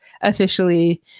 officially